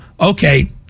okay